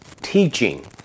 teaching